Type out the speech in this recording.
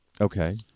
Okay